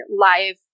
live